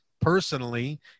personally